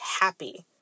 happy